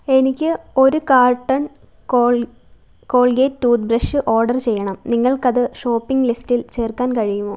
എനിക്ക് ഒരു carton col Colgate toothbrush order ചെയ്യണം നിങ്ങൾക്കത് ഷോപ്പിംഗ് ലിസ്റ്റിൽ ചേർക്കാൻ കഴിയുമോ